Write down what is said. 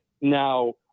Now